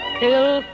till